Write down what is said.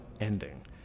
ending